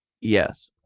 Yes